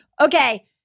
Okay